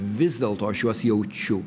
vis dėlto aš juos jaučiu